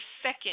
second